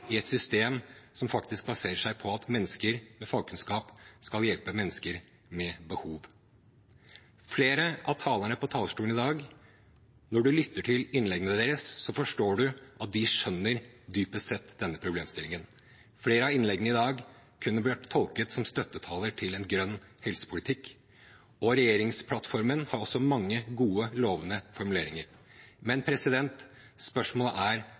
i et system som faktisk baserer seg på at mennesker med fagkunnskap skal hjelpe mennesker med behov. Når man lytter til innleggene til flere av talerne på talerstolen i dag, forstår man at de dypest sett skjønner denne problemstillingen. Flere av innleggene i dag kunne blitt tolket som støttetaler til en grønn helsepolitikk, og regjeringsplattformen har også mange gode, lovende formuleringer. Men spørsmålet er: